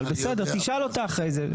אבל בסדר, תשאל אותה אחרי זה.